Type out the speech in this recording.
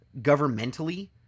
governmentally